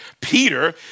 Peter